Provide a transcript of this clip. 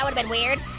but been weird.